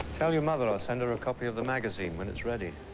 tell your mother i'll send her a copy of the magazine when it's ready